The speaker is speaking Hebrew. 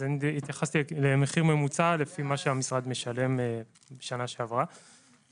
התייחסתי למחיר ממוצע לפי מה שהמשרד שילם בשנה שעברה.